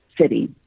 city